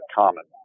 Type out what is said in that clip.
common